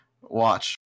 Watch